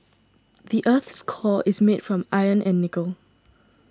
the earth's core is made of iron and nickel